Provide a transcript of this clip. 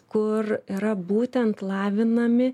kur yra būtent lavinami